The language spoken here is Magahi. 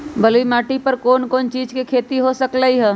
बलुई माटी पर कोन कोन चीज के खेती हो सकलई ह?